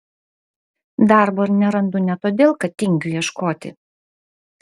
darbo nerandu ne todėl kad tingiu ieškoti